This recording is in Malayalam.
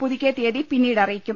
പുതുക്കിയ തീയതി പിന്നീട് അറിയി ക്കും